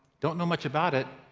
don't know much about it,